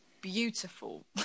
beautiful